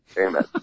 Amen